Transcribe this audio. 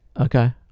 Okay